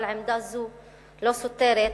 אבל עמדה זו לא סותרת,